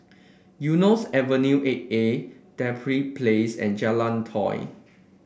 Eunos Avenue Eight A Dedap Place and Jalan Tiong